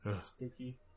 spooky